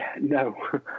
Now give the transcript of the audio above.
No